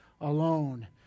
Alone